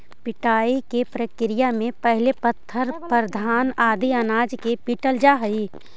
पिटाई के प्रक्रिया में पहिले पत्थर पर घान आदि अनाज के पीटल जा हइ